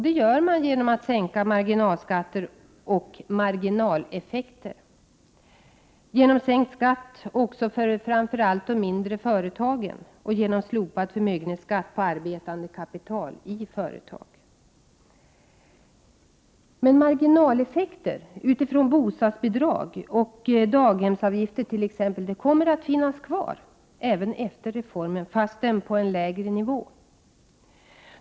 Det sker genom sänkta marginalskatter och marginaleffekter, genom sänkt skatt för framför allt de mindre företagen och genom slopad förmögenhetsskatt på arbetande kapital i företag. Marginaleffekter på grund av t.ex bostadsbidrag och daghemsavgifter kommer att finnas kvar även efter reformen, fastän på en lägre nivå.